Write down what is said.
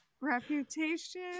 reputation